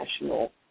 National